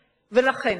וילף,